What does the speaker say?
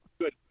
Good